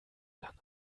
lang